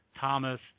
Thomas